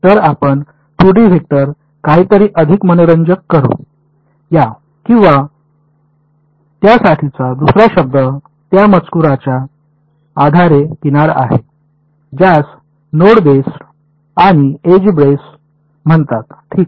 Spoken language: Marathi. तर आपण 2D वेक्टर काहीतरी अधिक मनोरंजक करू या किंवा त्या साठीचा दुसरा शब्द त्या मजकूराच्या आधारे किनार आहे ज्यास नोड बेस्ड आणि एज बेस्ड म्हणतात ठीक